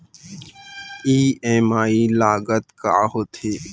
EMI लागत का होथे?